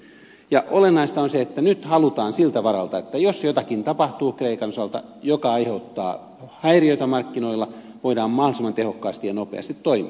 ja olennaista on se että nyt halutaan että siltä varalta jos kreikan osalta tapahtuu jotakin mikä aiheuttaa häiriöitä markkinoilla voidaan mahdollisimman tehokkaasti ja nopeasti toimia